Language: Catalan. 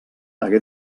hagué